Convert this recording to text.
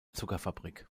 zuckerfabrik